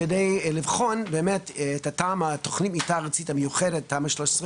כדי לבחון את התמ"א - תוכנית מתאר הארצית המיוחדת,